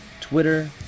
Twitter